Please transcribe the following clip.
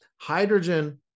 hydrogen